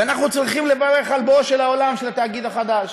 ואנחנו צריכים לברך על בואו לעולם של התאגיד החדש.